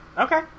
okay